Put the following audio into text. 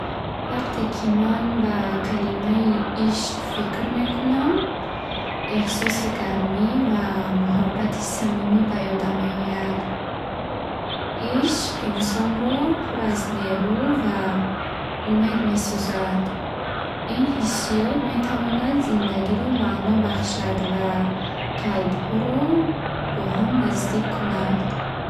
Вақте ки ман ба калимаи ишқ фикр мекунам, эҳсоси гармӣ ва муҳаббати самимӣ ба ёдам меояд. Ишқ инсонро пур аз нерӯ ва умед месозад. Ин ҳиссиёт метавонад зиндагиро маъно бахшад ва қалбҳоро бо ҳам наздик кунад.